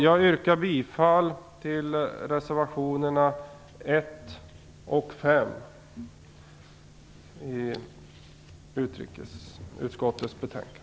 Jag yrkar bifall till reservationerna 1 och 5 i utrikesutskottets betänkande.